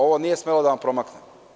Ovo nije smelo da vam promakne.